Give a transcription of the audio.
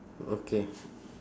okay